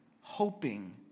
hoping